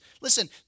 Listen